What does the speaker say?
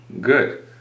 Good